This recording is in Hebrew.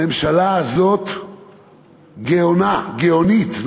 הממשלה הזאת גאונה גאונית,